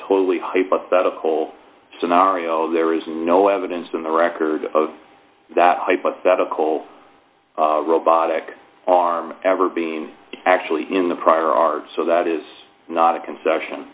totally hypothetical scenario there is no evidence in the record of that hypothetical robotic arm ever being actually in the prior art so that is not a concession